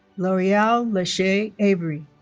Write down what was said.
lore'al lashay avery